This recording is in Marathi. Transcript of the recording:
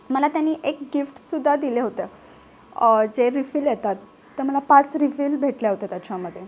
मला त्यांनी एक गिफ्टसुद्धा दिलं होतं जे रिफील येतात त्या मला पाच रिफील भेटल्या होत्या त्याच्यामध्ये